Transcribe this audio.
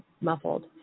muffled